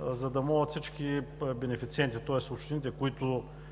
за да могат всички бенефициенти, тоест общините, до които